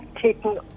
taken